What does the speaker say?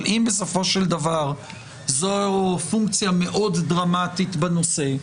אבל אם בסופו של דבר זו פונקציה דרמטית מאוד בנושא,